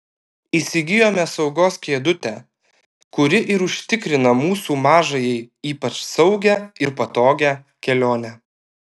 įsigijome saugos kėdutę kuri ir užtikrina mūsų mažajai ypač saugią ir patogią kelionę